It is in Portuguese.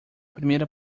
primeira